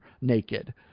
naked